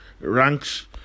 ranks